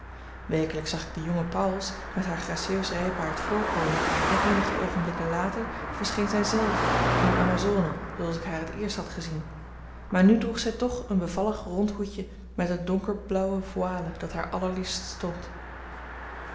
werkelijk zag ik den jongen pauwels met haar gracieus rijpaard voorkomen en eenige oogenblikken later verscheen zij zelve in amazone zooals ik haar het eerst had gezien maar nu droeg zij toch een bevallig rond hoedje met eene donkerblauwe voile dat haar allerliefst stond